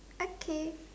okay